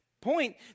point